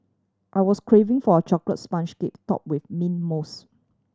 I was craving for a chocolate sponge cake topped with mint mousse